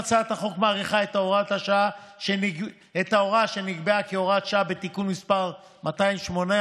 הצעת החוק מאריכה את ההוראה שנקבעה כהוראת שעה בתיקון מס' 218,